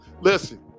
Listen